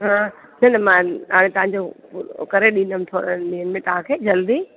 हा सिल मान हाणे तव्हांजो करे ॾींदमि थोड़नि ॾींहंनि में तव्हांखे जल्दी